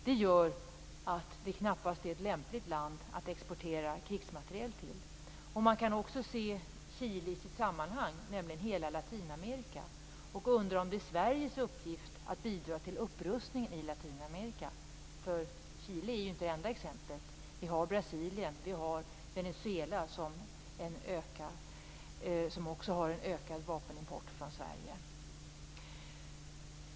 Det gör att det knappast är ett lämpligt land att exportera krigsmateriel till. Man kan också se Chile i sitt sammanhang, nämligen hela Latinamerika, och undra om det är Sveriges uppgift att bidra till upprustningen i Latinamerika. Chile är ju inte det enda exemplet. Också Brasilien och Venezuela har en ökad vapenimport från Sverige.